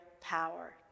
power